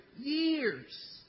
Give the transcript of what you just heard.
years